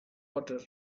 water